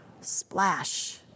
Splash